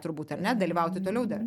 turbūt ar ne dalyvauti toliau dar